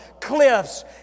cliffs